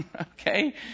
okay